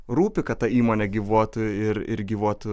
rūpi kad ta įmonė gyvuotų ir ir gyvuotų